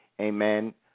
amen